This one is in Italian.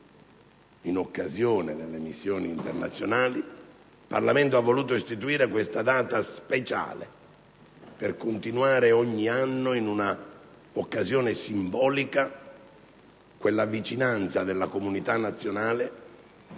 in occasione delle missioni internazionali. Il Parlamento ha voluto istituire questa data speciale per mantenere ogni anno, in una occasione simbolica, quella vicinanza della comunità nazionale